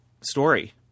story